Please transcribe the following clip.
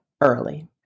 early